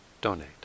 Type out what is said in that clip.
donate